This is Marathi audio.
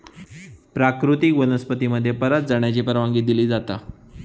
प्राकृतिक वनस्पती मध्ये परत जाण्याची परवानगी दिली जाता